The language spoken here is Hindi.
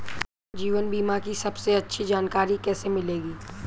जीवन बीमा की सबसे अच्छी जानकारी कैसे मिलेगी?